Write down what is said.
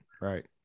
right